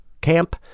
camp